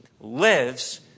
lives